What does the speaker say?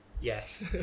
Yes